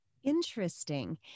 Interesting